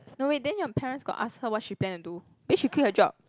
no wait then your parents got ask her what she planned to do then she quit her job